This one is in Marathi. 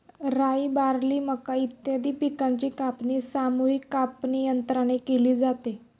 राई, बार्ली, मका इत्यादी पिकांची कापणी सामूहिक कापणीयंत्राने केली जाते